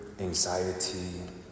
anxiety